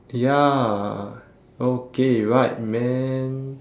ya okay right man